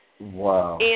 Wow